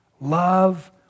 love